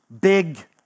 big